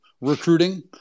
recruiting